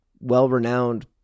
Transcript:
well-renowned